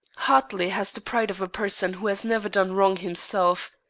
hartley has the pride of a person who has never done wrong himself.